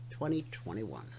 2021